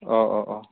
अ अ अ